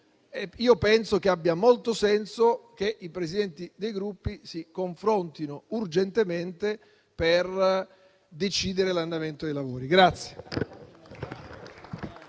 Penso che abbia molto senso che i Presidenti dei Gruppi si confrontino urgentemente per decidere l'andamento dei lavori.